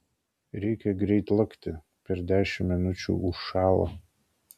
reikia greit lakti per dešimt minučių užšąla